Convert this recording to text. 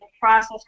process